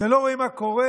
אתם לא רואים מה קורה?